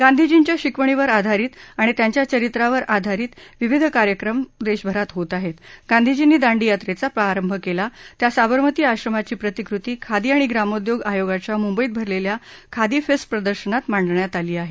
गांधीजींच्या शिकवणीवर आधारित आणि त्यांच्या चरित्रावर आधारित विविध कार्यक्रम गांधीजींनी दांडी यात्रेचा प्रारंभ केला त्या साबरमती आश्रमाची प्रतिकृती खादी आणि ग्रामोद्योग आयोगाच्या मुंबईत भरलेल्या खादी फेस्ट प्रदर्शनात मांडण्यात आली आहे